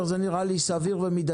זה נראה לי לוח זמנים סביר ומידתי.